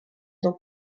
dans